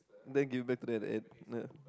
then give it back to them at the end ah ya